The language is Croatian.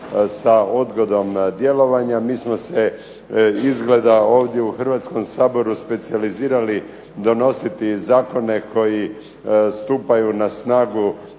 sa odgodom djelovanja. Mi smo se izgleda ovdje u Hrvatskom saboru specijalizirali donositi zakone koji stupaju na snagu